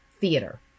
theater